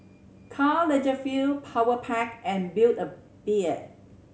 Karl Lagerfeld Powerpac and Build A Bear